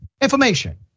information